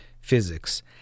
physics